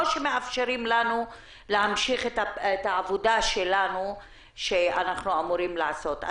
שיאפשרו לנו להמשיך את העבודה שאנחנו אמורים לעשות.